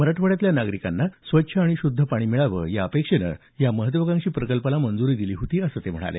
मराठवाड्यातल्या नागरिकांना स्वच्छ आणि शुद्ध पाणी मिळावं या अपेक्षेने या महत्त्वाकांक्षी प्रकल्पास मंजुरी देण्यात आली होती असं ते म्हणाले